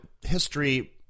history